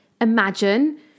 imagine